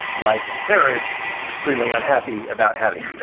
like sarah, is extremely unhappy about having,